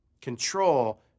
Control